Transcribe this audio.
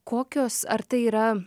kokios ar tai yra